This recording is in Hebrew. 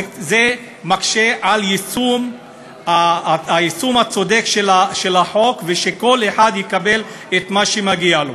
זה מקשה את היישום הצודק של החוק כך שכל אחד יקבל את מה שמגיע לו.